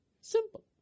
Simple